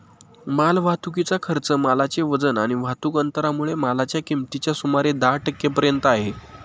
माल वाहतुकीचा खर्च मालाचे वजन आणि वाहतुक अंतरामुळे मालाच्या किमतीच्या सुमारे दहा टक्के पर्यंत आहे